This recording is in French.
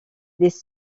des